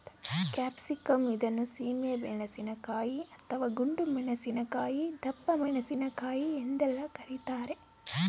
capsicum ಇದನ್ನು ಸೀಮೆ ಮೆಣಸಿನಕಾಯಿ, ಅಥವಾ ಗುಂಡು ಮೆಣಸಿನಕಾಯಿ, ದಪ್ಪಮೆಣಸಿನಕಾಯಿ ಎಂದೆಲ್ಲ ಕರಿತಾರೆ